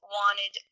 wanted